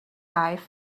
dive